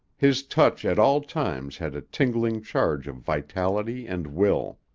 his touch at all times had a tingling charge of vitality and will.